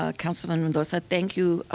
ah councilwoman mendoza, thank you.